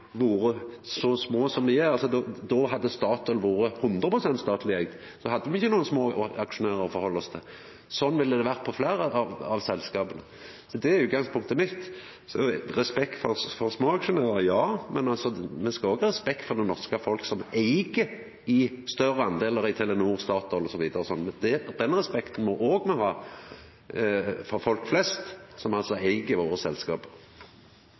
vore så små som dei er. Då hadde Statoil vore 100 pst. statleg eigd, og då hadde me ikkje å gjera med nokre små aksjonærar. Sånn ville det vore i fleire av selskapa. Det er utgangspunktet mitt. Respekt for småaksjonærar? Ja, men me skal òg ha respekt for det norske folk, som eig større delar i Telenor, Statoil osv. Den respekten må me ha for folk flest, som altså eig selskapa våre.